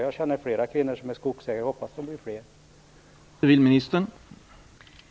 Jag känner flera kvinnor som är skogsägare, och jag hoppas att de blir fler.